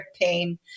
pain